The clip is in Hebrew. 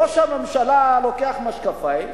ראש הממשלה לוקח משקפיים,